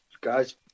guys